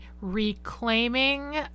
reclaiming